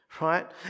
right